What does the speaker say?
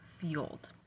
fueled